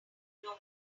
know